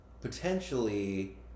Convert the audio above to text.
potentially